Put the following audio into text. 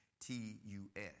T-U-S